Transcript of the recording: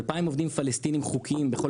2,000 עובדים פלסטינים חוקיים בכל